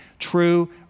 true